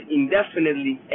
indefinitely